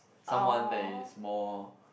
someone that is more